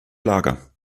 lager